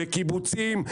לקיבוצים,